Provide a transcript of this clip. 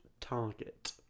Target